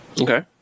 okay